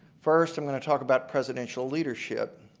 first i'm going to talk about presidential leadership.